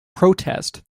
protest